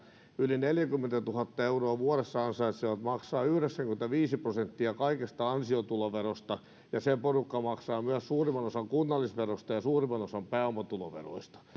yli neljäkymmentätuhatta euroa vuodessa ansaitsevat maksavat yhdeksänkymmentäviisi prosenttia kaikesta ansiotuloverosta ja se porukka maksaa myös suurimman osan kunnallisverosta ja suurimman osan pääomatuloveroista